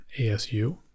ASU